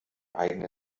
eigene